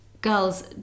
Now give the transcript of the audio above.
girls